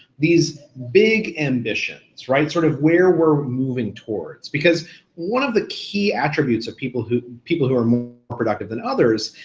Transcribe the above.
these big ambitions, sort of where we're moving towards. because one of the key attributes of people who people who are more productive than others,